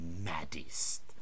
Maddest